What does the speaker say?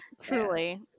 truly